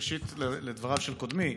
ראשית, לדבריו של קודמי,